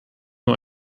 nur